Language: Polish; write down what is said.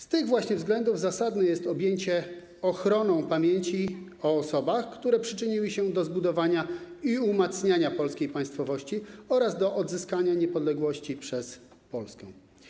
Z tych właśnie względów zasadne jest objęcie ochroną pamięci o osobach, które przyczyniły się do zbudowania i umacniania polskiej państwowości oraz do odzyskania przez Polskę niepodległości.